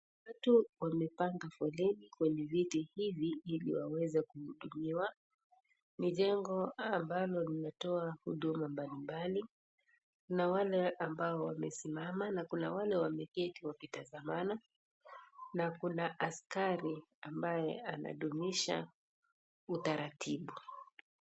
Watu wamepanga foleni kwenye vitu hivi hili waweze kuhudumiwa. Michengo ambalo limetoa huduma mbalimbali, kuna wale ambao wamesimama na kuna wale ambao wameketi wakitazamana na kuna askari ambaye anadunisha utaratibu.